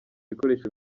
bikoresho